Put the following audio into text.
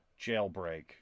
jailbreak